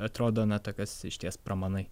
atrodo na tokios išties pramanai